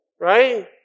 Right